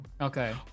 Okay